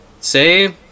say